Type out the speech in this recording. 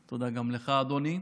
תודה גם לך, אדוני.